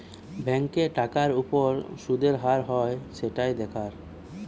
ব্যাংকে টাকার উপর শুদের হার হয় সেটাই দেখার